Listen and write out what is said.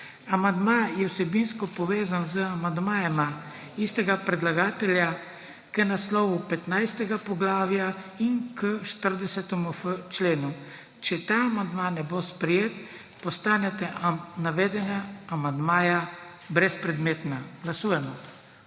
Amandam je vsebinsko povezan z amandmajema istega predlagatelja k naslovi 15. poglavja in k 40.f členu. Če ta amandma ne bo sprejet, postaneta navedena amandmaja brezpredmetna. Glasujemo.